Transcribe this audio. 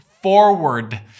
Forward